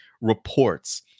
reports